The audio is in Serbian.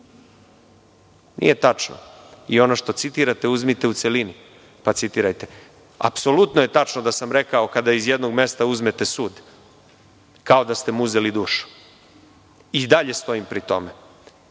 tačno. Ono što citirate uzmite u celini, pa citirajte. Apsolutno je tačno da sam rekao - kada iz jednog mesta uzmete sud, kao da ste mu uzeli dušu. I dalje stojim pri tome.